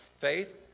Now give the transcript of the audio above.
faith